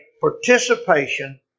participation